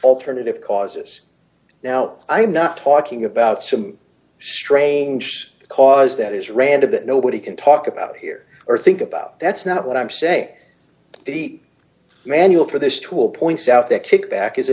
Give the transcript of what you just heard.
alternative causes now i'm not talking about some strange cause that is random that nobody can talk about here or think about that's not what i'm saying the manual for this tool points out that kickback is a